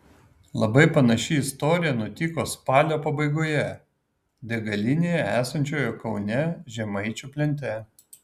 labai panaši istorija nutiko spalio pabaigoje degalinėje esančioje kaune žemaičių plente